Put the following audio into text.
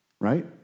Right